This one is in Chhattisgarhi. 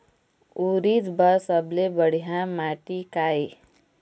उरीद बर सबले बढ़िया माटी का ये?